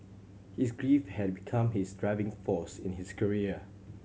his grief had become his driving force in his career